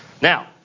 Now